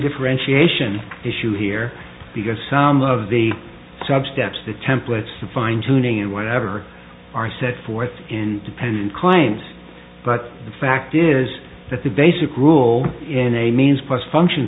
differentiation issue here because some of the sub steps that templates the fine tuning and whatever are set forth in dependent clients but the fact is that the basic rule in a means plus function